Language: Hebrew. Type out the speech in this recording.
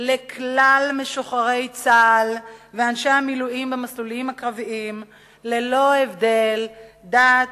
לכלל משוחררי צה"ל ואנשי המילואים במסלולים הקרביים ללא הבדל דת,